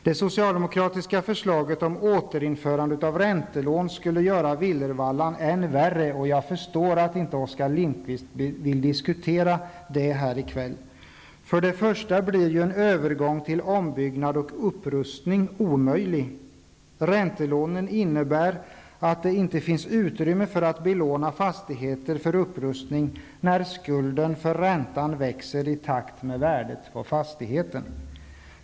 Det socialdemokratiska förslaget om återinförandet av räntelånen skulle göra villervallan än värre, och jag förstår att Oskar Lindkvist inte vill diskutera det här i kväll. För det första blir en övergång till ombyggnad och upprustning omöjlig. Räntelånen innebär att det inte finns utrymme för att belåna fastigheter för upprustning när skulden för räntan växer i takt med värdet på fastigheten.